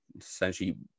essentially